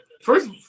First